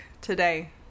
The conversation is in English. today